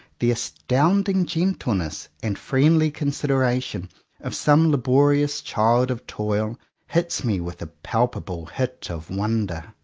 the astounding gentleness and friendly consideration of some laborious child of toil hits me with a palpable hit of wonder.